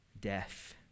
death